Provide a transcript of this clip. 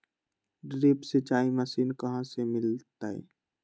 Drip सिंचाई machine कहाँ से मिलतै?